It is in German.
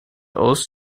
aus